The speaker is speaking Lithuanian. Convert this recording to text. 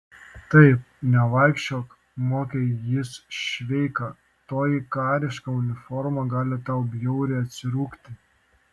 taip nevaikščiok mokė jis šveiką toji kariška uniforma gali tau bjauriai atsirūgti